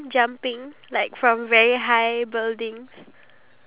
yes ya I have